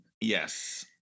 Yes